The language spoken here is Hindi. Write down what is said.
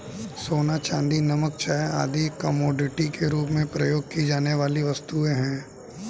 सोना, चांदी, नमक, चाय आदि कमोडिटी के रूप में प्रयोग की जाने वाली वस्तुएँ हैं